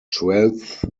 twelfth